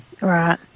Right